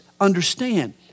Understand